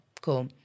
cool